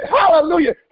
hallelujah